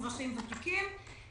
אזרחים ותיקים.